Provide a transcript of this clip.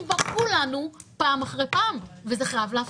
בו כולנו פעם אחרי פעם וזה חייב להפסיק,